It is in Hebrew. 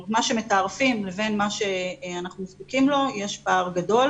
זאת אומרת בין מה שמתערפים לבין מה שאנחנו זקוקים לנו יש פער גדול,